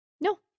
No